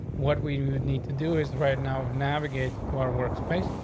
what we need to do is right now navigates to our workspace.